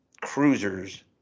cruisers